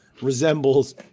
resembles